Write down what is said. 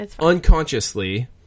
unconsciously